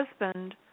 husband